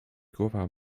głowa